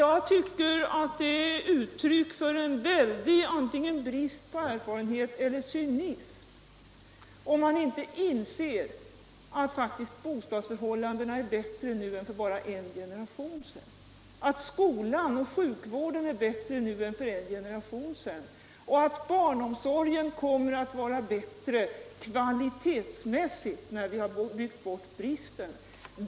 Jag tycker att det är uttryck för en väldig brist på erfarenhet — eller också uttryck för cynism — om man inte inser att bostadsförhållandena är bättre nu än för bara en generation sedan, att skolan och sjukvården är bättre nu och att barnomsorgen kommer att vara bättre kvalitetsmässigt när vi har byggt bort bristen.